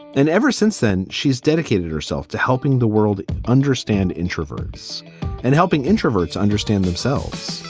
and ever since then, she's dedicated herself to helping the world understand introverts and helping introverts understand themselves